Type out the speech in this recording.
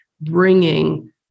bringing